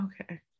okay